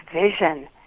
vision